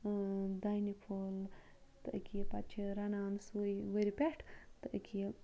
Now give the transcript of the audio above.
دَنہِ پھوٚل تہٕ أکیٛاہ یہِ پَتہٕ چھِ رَنان سُے وٕرِ پٮ۪ٹھ تہٕ أکیٛاہ یہِ